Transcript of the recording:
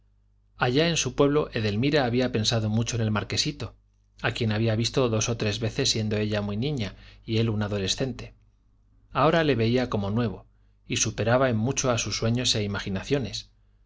allá en su pueblo edelmira había pensado mucho en el marquesito a quien había visto dos o tres veces siendo ella muy niña y él un adolescente ahora le veía como nuevo y superaba en mucho a sus sueños e imaginaciones